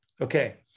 Okay